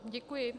Děkuji.